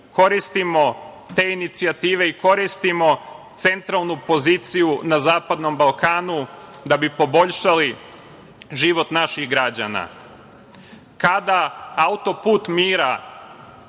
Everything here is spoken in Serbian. koristimo te inicijative i koristimo centralnu poziciju na zapadnom Balkanu da bi poboljšali život naših građana. Kada Auto-put mira